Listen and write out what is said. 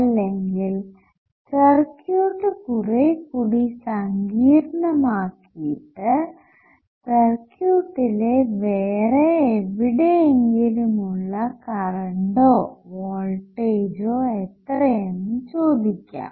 അല്ലെങ്കിൽ സർക്യൂട്ട് കുറെ കൂടി സങ്കീർണമാക്കിയിട്ട് സർക്യൂട്ടിലെ വേറെ എവിടെയെങ്കിലും ഉള്ള കറണ്ടൊ വോൾട്ടേജോ എത്രയെന്ന് ചോദിക്കാം